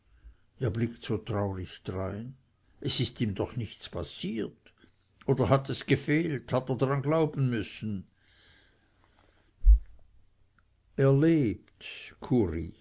ihr blickt so traurig drein es ist ihm doch nichts passiert oder hat es gefehlt hat er dran glauben müssen er lebt kuri